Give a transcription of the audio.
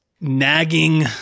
nagging